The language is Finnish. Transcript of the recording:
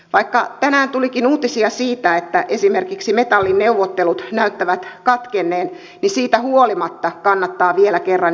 vaikka tänään tulikin uutisia siitä että esimerkiksi metallin neuvottelut näyttävät katkenneen kannattaa siitä huolimatta vielä kerran yrittää